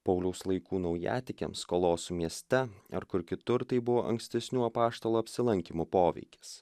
pauliaus laikų naujatikiams kolosų mieste ar kur kitur tai buvo ankstesnių apaštalų apsilankymų poveikis